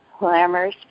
Lammers